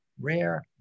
rare